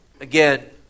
again